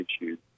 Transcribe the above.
issues